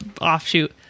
offshoot